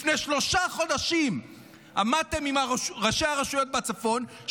לפני שלושה חודשים עמדתם עם ראשי הראשיות בצפון,